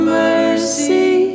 mercy